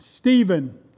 Stephen